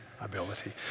ability